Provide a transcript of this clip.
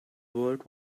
world